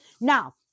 Now